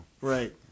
Right